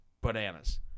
bananas